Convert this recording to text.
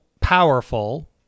powerful